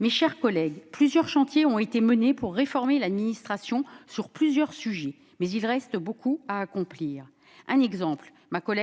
Mes chers collègues, plusieurs chantiers ont été menés pour réformer l'administration dans plusieurs domaines, mais il reste beaucoup à accomplir. Par exemple,